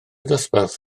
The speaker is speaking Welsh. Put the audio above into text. dosbarth